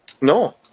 No